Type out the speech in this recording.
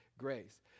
grace